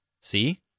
See